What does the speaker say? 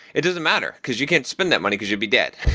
it doesn't matter, because you can spend that money because you'd be dead.